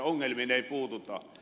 ongelmiin ei puututa